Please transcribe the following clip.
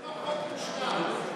לא חוק מושלם,